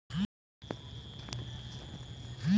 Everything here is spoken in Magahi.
जलोढ़ या क्षारीय मट्टी कृषि के दृष्टि से बहुत उपयुक्त होवऽ हइ